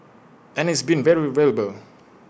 and it's been very valuable